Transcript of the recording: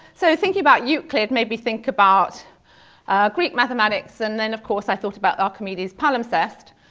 so thinking about euclid maybe think about greek mathematics. and then, of course, i thought about archimedes's palimpsest.